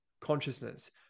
consciousness